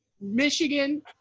Michigan